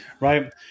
right